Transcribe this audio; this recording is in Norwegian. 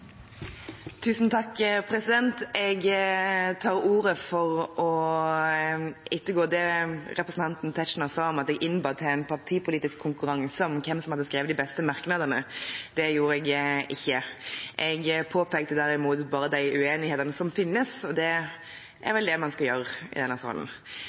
Jeg tar ordet for å imøtegå det representanten Tetzschner sa, at jeg innbød til en partipolitisk konkurranse om hvem som har skrevet de beste merknadene. Det gjorde jeg ikke. Jeg påpekte derimot bare de uenighetene som finnes, og det er vel det man skal gjøre i denne salen.